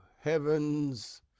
heavens